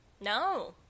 No